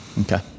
Okay